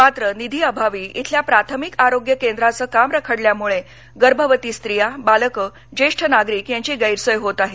मात्र निधीअभावी इथल्या प्राथमिक आरोग्य केंद्राचं काम रखडल्यामुळे गर्भवती स्त्रिया बालकं जेष्ठ नागरीक यांची गैरसोय होत आहे